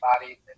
body